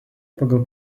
pagal